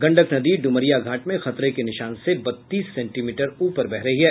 गंडक नदी डुमरिया घाट में खतरे के निशान से बतीस सेंटीमीटर उपर बह रही है